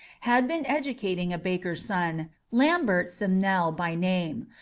had been educating a baker's son, lambert simnel by name,